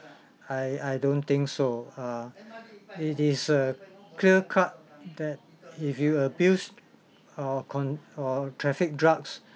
I I don't think so uh it is err clear cut that if you abuse or con~ or traffic drugs